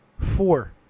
Four